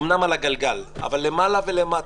אמנם על הגלגל אבל למעלה ולמטה.